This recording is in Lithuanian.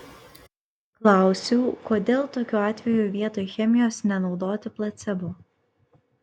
klausiau kodėl tokiu atveju vietoj chemijos nenaudoti placebo